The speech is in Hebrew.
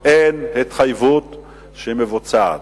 אין התחייבות שמבוצעת.